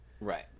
Right